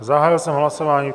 Zahájil jsem hlasování.